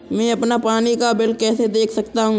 मैं अपना पानी का बिल कैसे देख सकता हूँ?